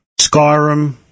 Skyrim